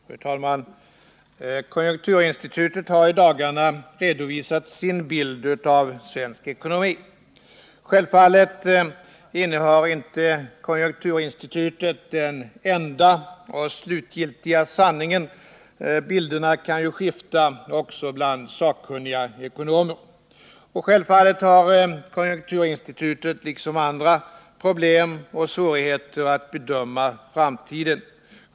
Fru talman! Konjunkturinstitutet har i dagarna redovisat sin bild av svensk ekonomi. Självfallet innehar inte konjunkturinstitutet den enda och slutgiltiga sanningen — bilderna kan ju skifta också bland sakkunniga ekonomer. Självfallet har konjunkturinstitutet, liksom andra, problem och svårigheter att bedöma framtiden.